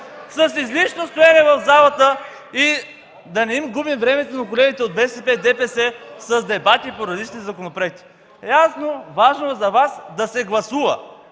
с излишно стоене в залата, и да не губим времето на колегите от БСП и ДПС с дебати по различни законопроекти. Ясно е, за Вас е важно да се гласува,